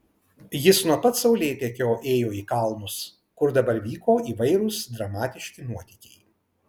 jis nuo pat saulėtekio ėjo į kalnus kur dabar vyko įvairūs dramatiški nuotykiai